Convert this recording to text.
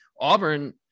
Auburn